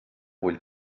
vull